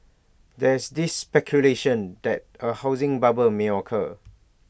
there's is speculation that A housing bubble may occur